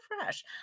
fresh